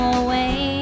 away